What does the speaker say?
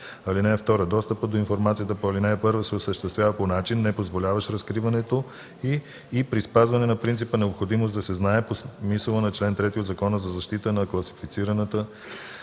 (2) Достъпът до информацията по ал. 1 се осъществява по начин, непозволяващ разкриването й, и при спазване на принципа „необходимост да се знае” по смисъла на чл. 3 от Закона за защита на класифицираната